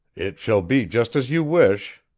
it shall be just as you wish,